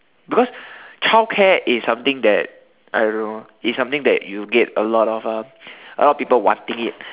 because childcare is something that I don't know it's something that you get a lot of uh a lot of people wanting it